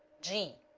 g